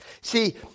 See